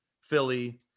Philly